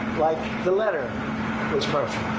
like the letter was perfect.